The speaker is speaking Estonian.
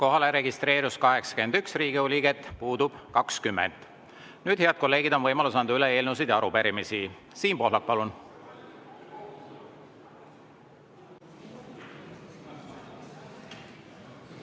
Kohalolijaks registreerus 81 Riigikogu liiget, puudub 20.Nüüd, head kolleegid, on võimalus anda üle eelnõusid ja arupärimisi. Siim Pohlak, palun!